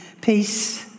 peace